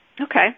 Okay